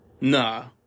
Nah